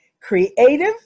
creative